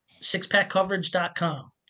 sixpackcoverage.com